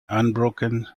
unbroken